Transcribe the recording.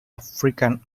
african